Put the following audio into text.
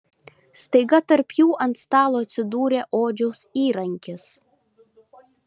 staiga tarp jų ant stalo atsidūrė odžiaus įrankis